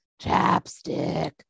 Chapstick